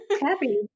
Happy